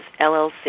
LLC